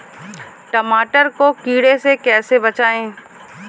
टमाटर को कीड़ों से कैसे बचाएँ?